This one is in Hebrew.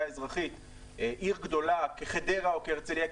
אזרחית בעיר גדולה כחדרה או כהרצליה,